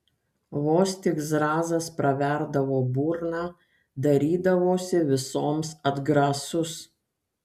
vos tik zrazas praverdavo burną darydavosi visoms atgrasus